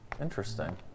Interesting